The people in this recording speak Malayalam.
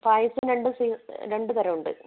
പായസം രണ്ടും രണ്ടുതരം ഉണ്ട്